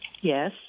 Yes